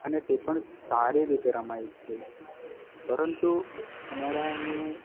અને તે પણ સારી રીતે રમાય છે પરંતુ અમારા અહીં